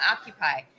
Occupy